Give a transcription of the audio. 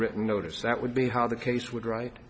written notice that would be how the case would wri